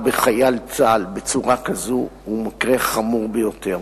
בחייל צה"ל בצורה כזאת הוא מקרה חמור ביותר.